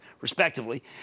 respectively